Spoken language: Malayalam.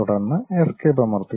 തുടർന്ന് എസ്കേപ്പ് അമർത്തുക